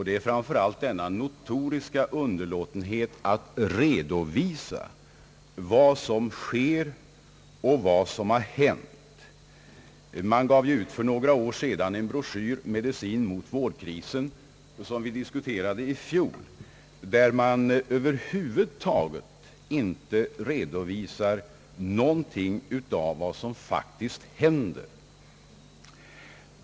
Det är framför allt den notoriska underlåtenheten att redovisa vad som sker och vad som hänt. Man gav för några år sedan ut en broschyr »Medicin mot vårdkrisen» som vi diskuterade i fjol. Där redovisar man över huvud taget inte någonting av vad som faktiskt händer.